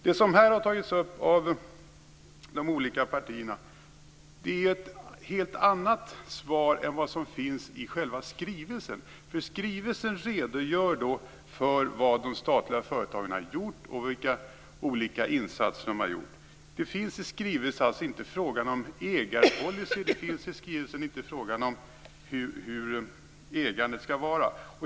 Det som här har tagits upp av de olika partierna är ett helt annat svar än vad som finns i själva skrivelsen. Skrivelsen redogör för vad de statliga företagen har gjort och vilka olika insatser de har gjort. Det är i skrivelsen alltså inte fråga om ägarpolicy och inte om hur ägandet skall vara.